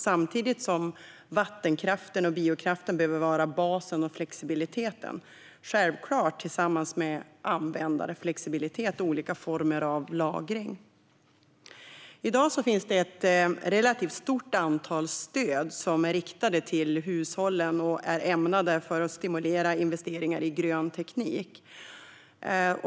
Samtidigt behöver vattenkraften och biokraften vara basen och flexibiliteten, självklart tillsammans med användarflexibilitet och olika former av lagring. I dag finns ett relativt stort antal stöd som är riktade till hushållen och som är ämnade att stimulera investeringar i grön teknik.